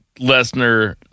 Lesnar